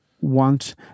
want